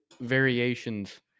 variations